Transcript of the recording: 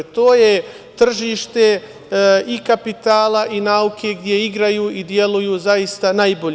To je tržište i kapitala i nauke, gde igraju i deluju zaista najbolji.